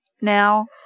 now